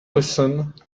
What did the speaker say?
listen